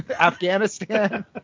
Afghanistan